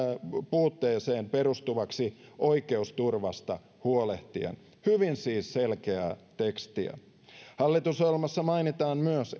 puutteeseen perustuvaksi oikeusturvasta huolehtien siis hyvin selkeää tekstiä hallitusohjelmassa mainitaan